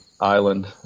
island